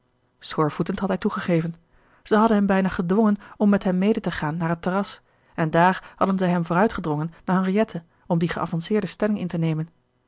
had hij toegegeven zij hadden hem bijna gedwongen om met hen mede te gaan naar het terras en daar hadden zij hem vooruitgedrongen naar henriette om die geavanceerde stelling in te nemen